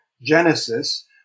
Genesis